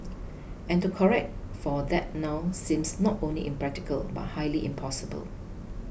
and to correct for that now seems not only impractical but highly impossible